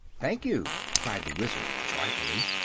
thank you! cried the wizard, joyfully,